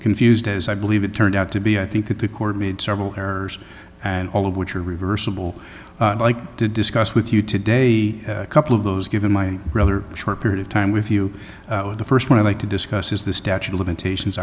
confused as i believe it turned out to be i think that the court made several errors and all of which are reversible like to discuss with you today a couple of those given my rather short period of time with you the first one i'd like to discuss is the statute of limitations